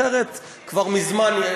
אחרת כבר מזמן,